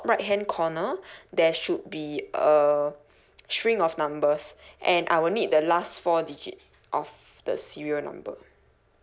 right hand corner there should be a string of numbers and I will need the last four digit of the serial number